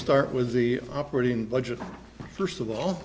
start with the operating budget first of all